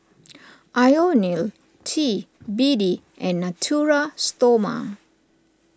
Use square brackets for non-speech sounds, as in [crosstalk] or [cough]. [noise] Ionil T B D and Natura Stoma